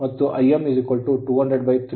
ಮತ್ತು Im 200300 ಮತ್ತು I0 Ic jI m